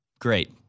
Great